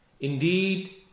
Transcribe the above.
Indeed